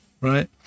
right